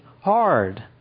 hard